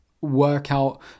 workout